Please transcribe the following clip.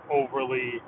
overly